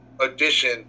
edition